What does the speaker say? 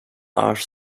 are